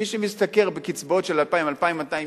מי שמשתכר בקצבאות של 2,000 2,200 שקל,